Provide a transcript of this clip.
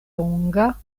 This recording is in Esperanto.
longa